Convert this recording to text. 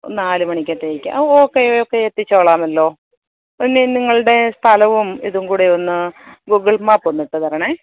ഒരു നാലുമണിക്കത്തേക്ക് ഓ ഓക്കെ ഓക്കെ എത്തിച്ചോളാമല്ലോ പിന്നെ നിങ്ങളുടെ സ്ഥലവും ഇതുംകൂടി ഒന്ന് ഗൂഗിള് മാപ്പ് ഒന്ന് ഇട്ടു തരണേ